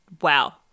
wow